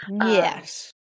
Yes